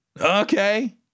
Okay